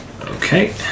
Okay